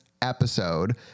Episode